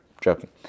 joking